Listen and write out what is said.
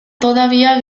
todavía